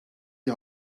die